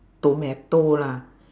tomato lah